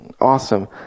awesome